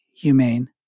humane